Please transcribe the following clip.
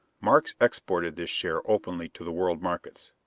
markes exported this share openly to the world markets,